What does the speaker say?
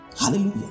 hallelujah